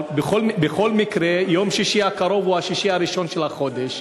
אבל בכל מקרה יום שישי הקרוב הוא השישי הראשון של החודש,